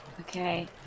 Okay